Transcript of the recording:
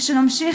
ושנמשיך,